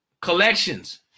Collections